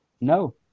No